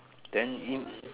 then in